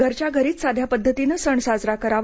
घरच्या घरीच साध्या पद्धतीने सण साजरा करावा